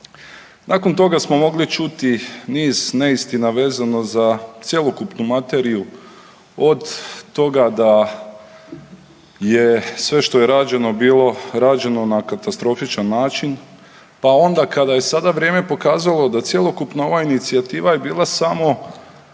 Nakon toga smo mogli čuti niz neistina vezano za cjelokupnu materiju od toga da je sve što je rađeno bilo rađeno na katastrofičan način, pa onda kada je sada vrijeme pokazalo da cjelokupna ova inicijativa je bila samo